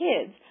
kids